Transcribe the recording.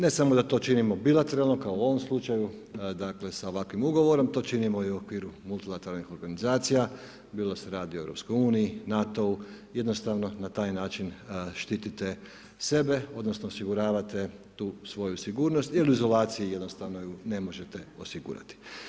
Ne samo da to činimo bilateralno kao u ovom slučaju, dakle sa ovakvim ugovorom, to činimo u okviru multilateralnih organizacija bilo da se radi o Europskoj uniji, NATO-u, jednostavno na taj način štitite sebe odnosno osiguravate tu svoju sigurnost jer u izolaciji ju jednostavno ne možete osigurati.